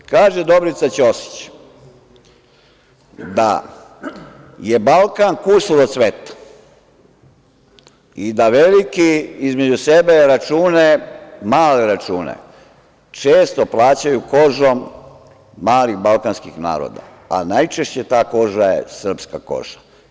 Kaže Dobrica Ćosić da je Balkan kusur od sveta i da veliki između sebe račune, male račune, često plaćaju kožom malih balkanskih naroda, a najčešće ta koža je srpska koža.